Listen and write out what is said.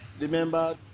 Remember